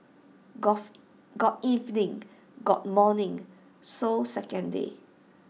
gulf got evening got morning so second day